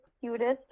cutest